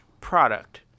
product